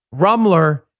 Rumler